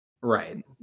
right